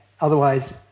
Otherwise